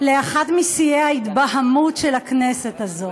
לאחד משיאי ההתבהמות של הכנסת הזאת.